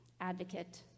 advocate